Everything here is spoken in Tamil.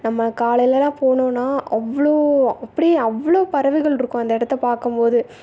நம்ம காலையிலெல்லாம் போனோன்னால் அவ்வளோ அப்படியே அவ்வளோ பறவைகளிருக்கும் அந்த இடத்த பார்க்கம்போது